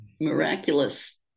miraculous